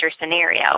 scenario